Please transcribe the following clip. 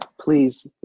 please